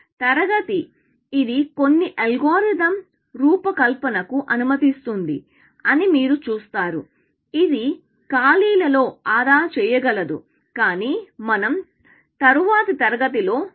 తరగతి ఇది కొన్ని అల్గోరిథం రూపకల్పనకు అనుమతిస్తుంది అని మీరు చూస్తారు ఇది ఖాళీలలో ఆదా చేయగలదు కాని మనం తరువాతి తరగతిలో చేస్తాము